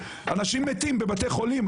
אנשים מתים בבתי חולים,